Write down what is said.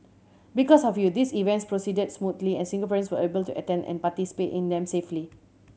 because of you these events proceeded smoothly and Singaporeans were able to attend and participate in them safely